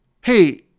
hey